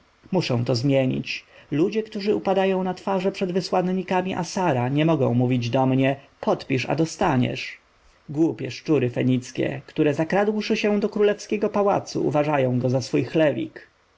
muszę to zmienić ludzie którzy upadają na twarze przed wysłannikami assara nie mogą mówić do mnie podpisz a dostaniesz głupie szczury fenickie które zakradłszy się do królewskiego pałacu uważają go za